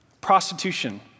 Prostitution